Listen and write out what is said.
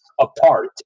apart